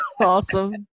awesome